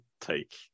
take